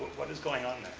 what is going on